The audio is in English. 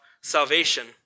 salvation